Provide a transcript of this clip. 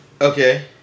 okay